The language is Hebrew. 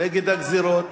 נגד הגזירות.